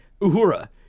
Uhura